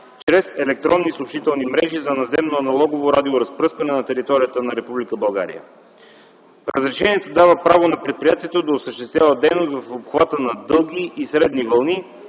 чрез електронни съобщителни мрежи за наземно аналогово радиоразпръскване на територията на Република България. Разрешението дава право на предприятието да осъществява дейност в обхвата на дълги и средни вълни